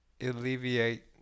alleviate